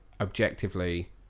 objectively